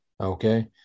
Okay